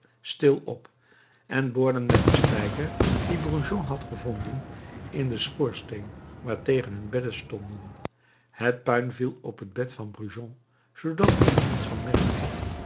stil op en boorden met den spijker dien brujon had gevonden in den schoorsteen waartegen hun bedden stonden het puin viel op het bed van brujon zoodat men er niets van merkte